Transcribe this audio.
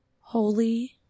Holy